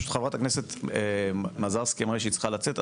חברת הכנסת מזרסקי אמרה לי שהיא צריכה לצאת.